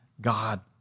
God